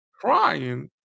crying